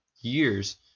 years